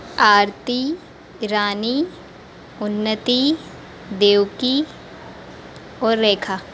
आरती रानी उन्नति देवकी और रेखा